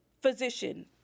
physician